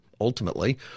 ultimately